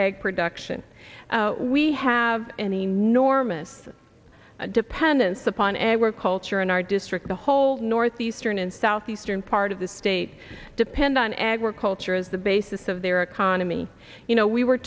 egg production we have an enormous dependence upon agriculture in our district the whole north eastern and southeastern part of the state depend on agriculture as the basis of their economy you know we were